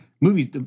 Movies